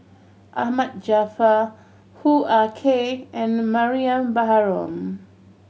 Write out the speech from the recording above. Ahmad Jaafar Hoo Ah Kay and Mariam Baharom